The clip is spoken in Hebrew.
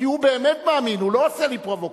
כי הוא באמת מאמין, הוא לא עושה לי פרובוקציה.